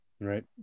Right